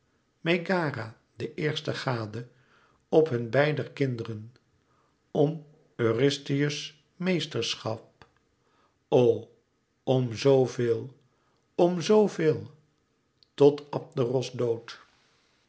megara de eerste gade op hun beider kinderen om eurystheus meesterschap o om zoo veel om zoo veel tot abderos dood